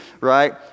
Right